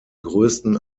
größten